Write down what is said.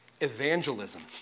Evangelism